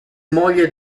moglie